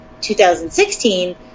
2016